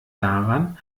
daran